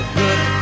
good